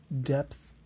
depth